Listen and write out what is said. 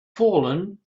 fallen